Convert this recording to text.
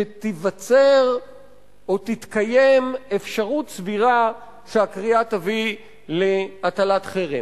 שתיווצר או תתקיים אפשרות סבירה שהקריאה תביא להטלת חרם.